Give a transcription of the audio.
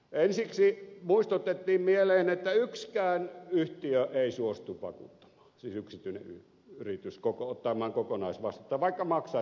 ensiksi muistutettiin mieleen että yksikään yhtiö ei suostu vakuuttamaan siis yksityinen yritys ottamaan kokonaisvastuuta vaikka maksaisi maltaita